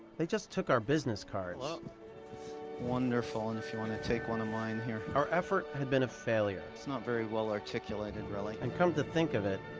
they just took our business cards. wonderful. and if you want take one of mine here. our effort had been a failure. it's not very well articulated, really. and come to think of it,